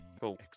cool